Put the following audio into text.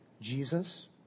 Jesus